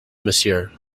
monsieur